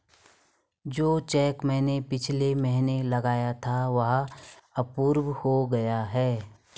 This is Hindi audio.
जो चैक मैंने पिछले महीना लगाया था वह अप्रूव हो गया है